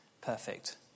perfect